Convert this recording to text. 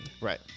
Right